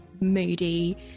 moody